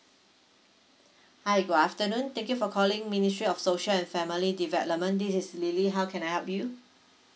hi good afternoon thank you for calling ministry of social and family development this is lily how can I help you